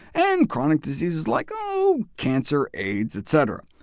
and chronic diseases like, oh, cancer, aids, etc.